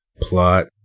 Plot